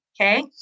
Okay